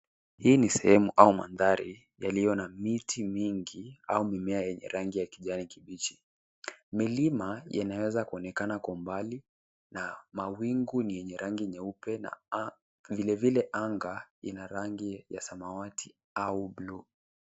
Hii ni sehemu au mandhari yaliyo na miti mingi au mimea yenye rangi ya kijani kibichi. Milima inaweza kuonekana kwa umbali na mawingu ni yenye rangi nyeupe. Vilevile anga ina rangi ya samawati au bluu.